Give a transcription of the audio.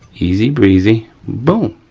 easy breezy, boom,